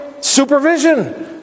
supervision